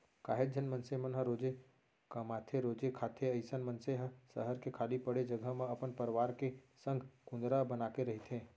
काहेच झन मनसे मन ह रोजे कमाथेरोजे खाथे अइसन मनसे ह सहर के खाली पड़े जघा म अपन परवार मन के संग कुंदरा बनाके रहिथे